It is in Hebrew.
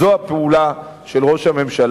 זו הפעולה של ראש הממשלה.